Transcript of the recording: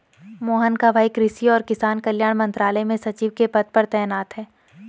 मोहन का भाई कृषि और किसान कल्याण मंत्रालय में सचिव के पद पर तैनात है